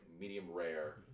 medium-rare